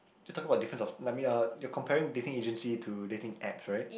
to talking about difference of let me uh you're comparing dating agency to dating apps right